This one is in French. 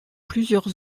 plusieurs